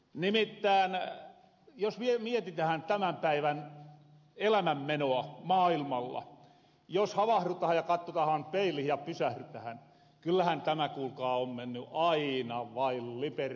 nimittään jos mietitähän tämän päivän elämänmenoa maailmalla jos havahrutahan ja kattotahan peilihin ja pysährytähän kyllähän tämä kuulkaa on menny aina vain liperaalimpahan suuntahan